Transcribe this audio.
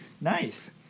nice